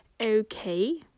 okay